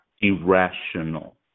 irrational